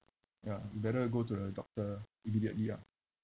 ya you better go to the doctor immediately ah